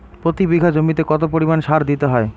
প্রতি বিঘা জমিতে কত পরিমাণ সার দিতে হয়?